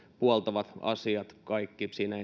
puoltavat asiat siinä